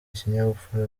ikinyabupfura